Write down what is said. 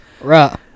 Right